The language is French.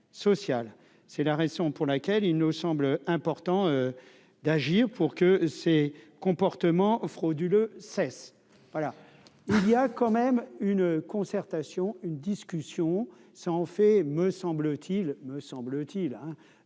c'est la raison pour laquelle il nous semble important d'agir pour que ces comportements. Module cesse voilà il y a quand même une concertation, une discussion, ça en fait, me semble-t-il, me semble-t-il,